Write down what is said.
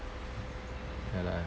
ya lah